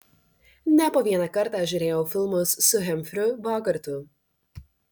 ne po vieną kartą žiūrėjau filmus su hemfriu bogartu